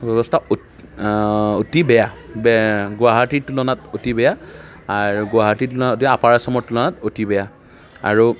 ব্যৱস্থা অ অতি বেয়া গুৱাহাটীৰ তুলনাত অতি বেয়া আৰু গুৱাহাটীৰ তুলনাত এতিয়া আপা আচামৰ তুলনাত অতি বেয়া আৰু